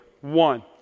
one